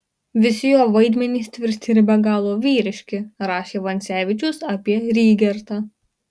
visi jo vaidmenys tvirti ir be galo vyriški rašė vancevičius apie rygertą